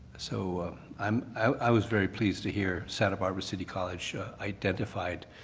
so um i was very pleased to hear santa barbara city college identified,